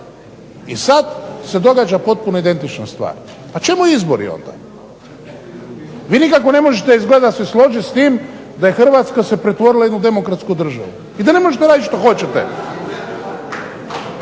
I sad se događa potpuno identična stvar. Pa čemu izbori onda? Vi nikako ne možete izgleda se složiti s tim da se Hrvatska pretvorila u jednu demokratsku državu i da ne možete raditi što hoćete!